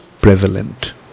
prevalent